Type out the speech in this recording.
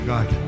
God